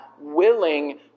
willing